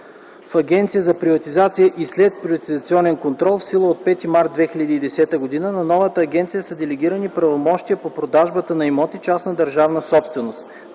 в Агенция за приватизация и следприватизационен контрол, в сила от 5 март 2010 г., на новата агенция са делегирани правомощия по продажбата на имоти – частна държавна собственост.